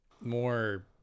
more